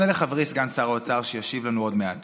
לכן נכון וצודק שאותם עובדים יקבלו דמי אבטלה.